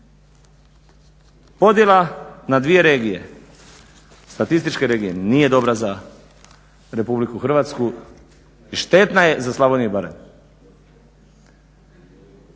Podjela na dvije regije, statističke regije nije dobra za Republiku Hrvatsku i štetna je za Slavoniju i Baranju.